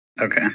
Okay